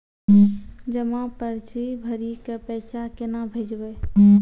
जमा पर्ची भरी के पैसा केना भेजबे?